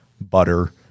butter